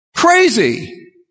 Crazy